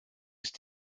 ist